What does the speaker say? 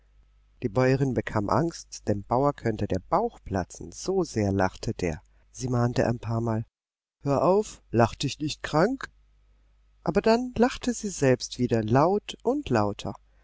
die bäuerin bekam angst dem bauer könnte der bauch platzen so sehr lachte der sie mahnte ein paarmal hör auf lach dich nicht krank aber dann lachte sie selbst wieder laut und lauter